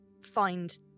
find